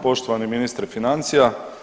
Poštovani ministre financija.